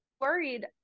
worried